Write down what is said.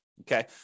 Okay